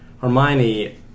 Hermione